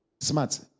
Smart